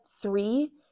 three